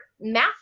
math